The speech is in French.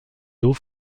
d’eau